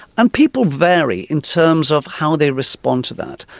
and people vary in terms of how they respond to that.